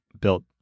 built